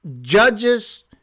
judges